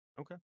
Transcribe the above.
okay